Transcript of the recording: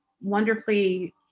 wonderfully